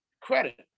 credit